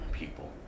people